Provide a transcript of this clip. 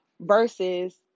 versus